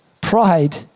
pride